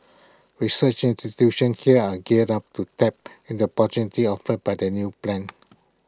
research institutions here are geared up to tap in the opportunities offered by the new plan